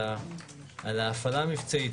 על ההפעלה המבצעית,